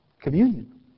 Communion